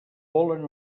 volen